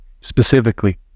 Specifically